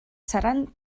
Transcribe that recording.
seran